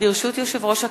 יושב-ראש הכנסת,